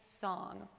song